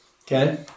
okay